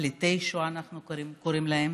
"פליטי שואה" אנחנו קוראים להם,